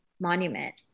monument